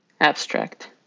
Abstract